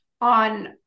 on